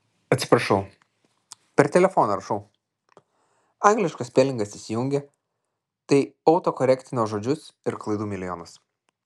atsiprašau per telefoną rašau angliškas spelingas įsijungia tai autokorektina žodžius ir klaidų milijonas